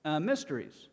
mysteries